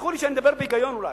תסלחו לי שאני מדבר בהיגיון אולי.